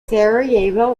sarajevo